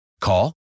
Call